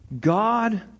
God